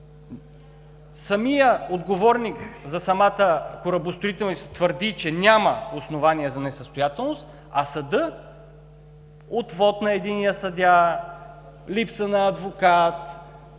Отговорникът за самата корабостроителница твърди, че няма основание за несъстоятелност, а съдът – отвод на единия съдия, липса на адвокат,